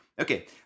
Okay